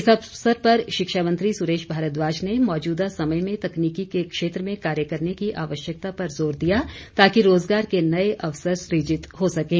इस अवसर पर शिक्षा मंत्री सुरेश भारद्वाज ने मौजूदा समय में तकनीकी के क्षेत्र में कार्य करने की आवश्यकता पर जोर दिया ताकि रोज़गार के नए अवसर सूजित हो सकें